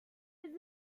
his